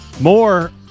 More